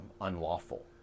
unlawful